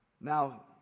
Now